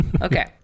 Okay